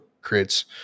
creates